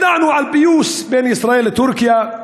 ידענו על פיוס בין ישראל לטורקיה,